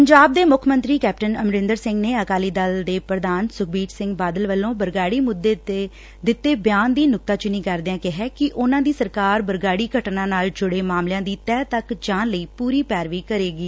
ਪੰਜਾਬ ਦੇ ਮੁੱਖ ਮੰਤਰੀ ਕੈਪਟਨ ਅਮਰਿੰਦਰ ਸਿੰਘ ਨੇ ਅਕਾਲੀ ਦਲ ਦੇ ਪ੍ਰਧਾਨ ਸੁਖਬੀਰ ਸਿੰਘ ਬਾਦਲ ਵੱਲੋ ਬਰਗਾੜੀ ਮੁੱਦੇ ਦੇ ਦਿੱਤੇ ਬਿਆਨ ਦੀ ਨੁਕਤਾਚੀਨੀ ਕਰਦਿਆਂ ਕਿਹਾ ਕਿ ਉਨ੍ਹਾਂ ਦੀ ਸਰਕਾਰ ਬਰਗਾੜੀ ਘਟਨਾ ਨਾਲ ਜੁੜੇ ਮਾਮਲਿਆਂ ਦੀ ਤਹਿ ਤੱਕ ਜਾਣ ਲਈ ਪੁਰੀ ਪੈਰਵੀ ਕਰੇਗੀ